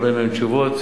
לקבל מהם תשובות.